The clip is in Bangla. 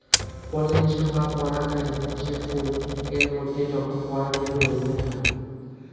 পলিনেশন বা পরাগায়ন হচ্ছে ফুল এর মধ্যে যখন পরাগ রেণুর লেনদেন হয়